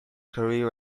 career